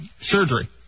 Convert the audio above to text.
Surgery